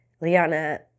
Liana